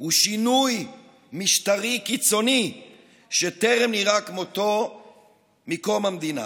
הוא שינוי משטרי קיצוני שטרם נראה כמותו מקום המדינה.